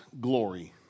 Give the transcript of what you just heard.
glory